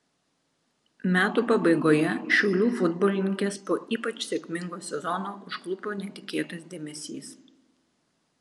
metų pabaigoje šiaulių futbolininkes po ypač sėkmingo sezono užklupo netikėtas dėmesys